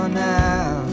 now